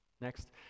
Next